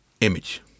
image